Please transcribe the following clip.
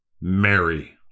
Mary